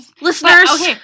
Listeners